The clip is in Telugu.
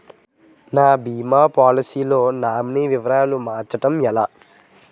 నా భీమా పోలసీ లో నామినీ వివరాలు మార్చటం ఎలా?